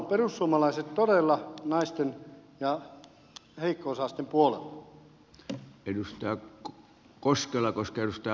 me perussuomalaiset olemme todella naisten ja heikko osaisten puolella